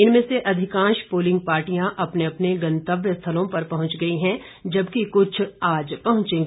इनमें से अधिकांश पोलिंग पार्टिया अपने अपने गंतव्य स्थलों पर पहुंच गई हैं जबकि कुछ आज पहुंचेगी